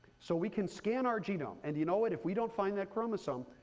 so we can scan our genome. and do you know what? if we don't find that chromosome,